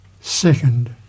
second